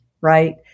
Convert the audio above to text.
Right